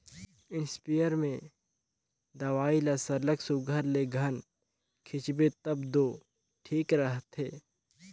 spray में दवई ल सरलग सुग्घर ले घन छींचबे तब दो ठीक रहथे